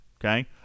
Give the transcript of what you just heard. okay